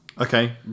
Okay